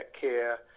care